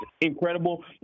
incredible